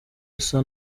asa